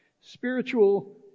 Spiritual